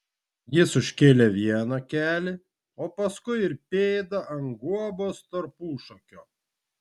jis užkėlė vieną kelį o paskui ir pėdą ant guobos tarpušakio